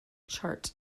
chart